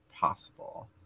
possible